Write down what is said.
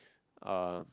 uh